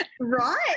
Right